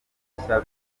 ibishya